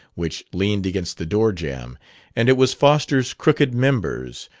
which leaned against the door-jamb and it was foster's crooked members,